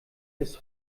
bis